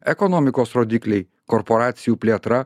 ekonomikos rodikliai korporacijų plėtra